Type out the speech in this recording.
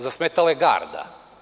Zasmetala je garda.